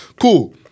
Cool